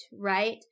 right